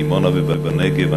בדימונה ובנגב,